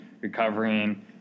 recovering